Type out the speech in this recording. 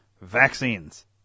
Vaccines